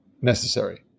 necessary